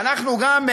ואנחנו גם,